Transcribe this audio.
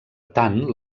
tant